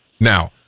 Now